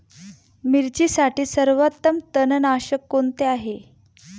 मिरचीसाठी सर्वोत्तम तणनाशक कोणते आहे?